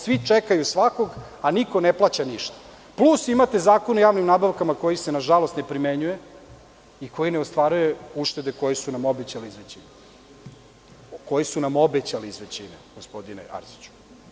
Svi čekaju svakog, a niko ne plaća ništa, plus imate Zakon o javnim nabavkama koji se nažalost ne primenjuje i koji ne ostvaruje uštede koje su nam obećali iz većine, gospodine Arsiću.